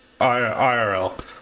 IRL